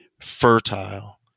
fertile